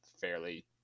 fairly